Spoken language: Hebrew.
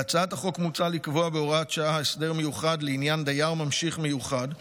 בהצעת החוק מוצע לקבוע בהוראת שעה הסדר מיוחד לעניין דייר ממשיך מיוחד.